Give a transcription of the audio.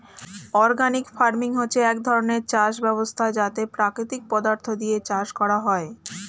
organic farming হচ্ছে এক ধরণের চাষ ব্যবস্থা যাতে প্রাকৃতিক পদার্থ দিয়ে চাষ করা হয়